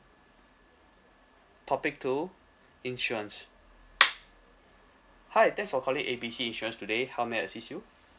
topic two insurance hi thanks for calling A B C insurance today how may I assist you